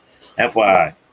FYI